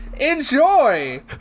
Enjoy